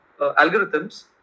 algorithms